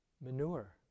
Manure